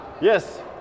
yes